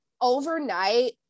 overnight